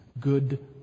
good